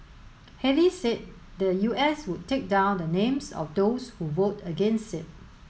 Haley said the U S would take down the names of those who vote against it